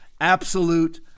Absolute